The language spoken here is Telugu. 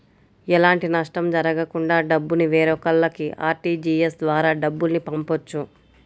ఎలాంటి నష్టం జరగకుండా డబ్బుని వేరొకల్లకి ఆర్టీజీయస్ ద్వారా డబ్బుల్ని పంపొచ్చు